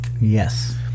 yes